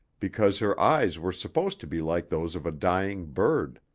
because her eyes were supposed to be like those of a dying bird.